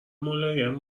ملایم